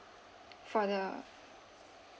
for the